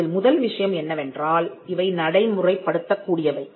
இதில் முதல் விஷயம் என்னவென்றால் இவை நடைமுறைப்படுத்த கூடியவை